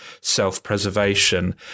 self-preservation